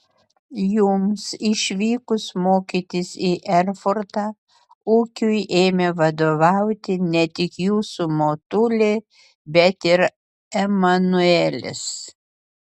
jums išvykus mokytis į erfurtą ūkiui ėmė vadovauti ne tik jūsų motulė bet ir emanuelis